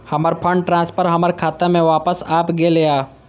हमर fund transfer हमर खाता में वापस आब गेल या